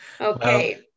okay